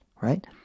right